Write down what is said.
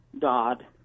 God